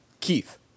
Keith